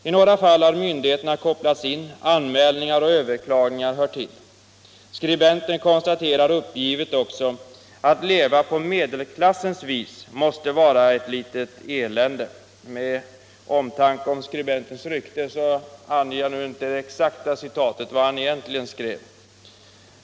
I några fall har myndigheterna kopplats in, anmälningar och överklagningar hör till.” Skribenten konstaterar uppgivet: ”Att leva på medelklassens vis måste vara ett litet” elände — av omtanke om skribentens rykte använder jag här inte exakt hans uttryck.